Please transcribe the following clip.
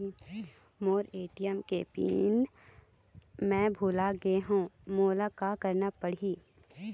मोर ATM के PIN मैं भुला गैर ह, मोला का करना पढ़ही?